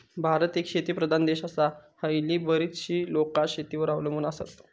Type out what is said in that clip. भारत एक शेतीप्रधान देश आसा, हयली बरीचशी लोकां शेतीवर अवलंबून आसत